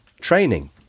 training